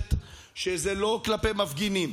מפורשת שזה לא כלפי מפגינים,